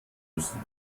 müssen